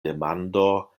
demando